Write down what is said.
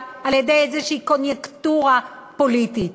על-ידי איזושהי קוניוקטורה פוליטית.